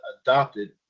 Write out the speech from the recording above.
adopted